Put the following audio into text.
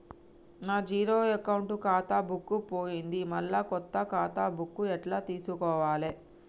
నా zero account ఖాతా book పోయింది మళ్ళా కొత్త ఖాతా బుక్కు ఎట్ల తీసుకోవాలే?